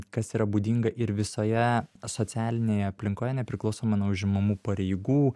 kas yra būdinga ir visoje socialinėje aplinkoje nepriklausomai nuo užimamų pareigų